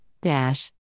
dash